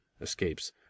escapes